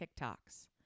TikToks